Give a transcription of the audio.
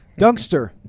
Dunkster